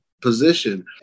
position